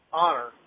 honor